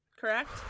correct